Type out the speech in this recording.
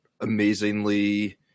amazingly